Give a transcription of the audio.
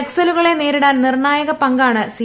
നക്സലുകളെ നേരിടാൻ നിർണായക പങ്കാണ് സി